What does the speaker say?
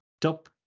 top